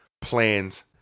plans